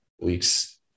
weeks